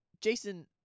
Jason